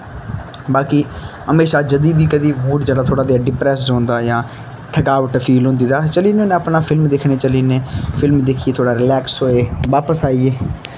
बाकी हमेशा जदूं बी कदें मूड़ जेह्ड़ा थोह्ड़ा जेहा डिप्रैसड होंदा जां थकावट फील होंदी तां अस चली जन्ने होन्ने अपने फिल्म दिक्खने गी चली जन्ने फिल्म दिक्खियै थोह्ड़ा रलैक्स होए बापस आई गे